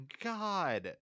god